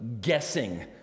guessing